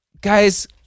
Guys